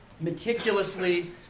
meticulously